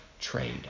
trade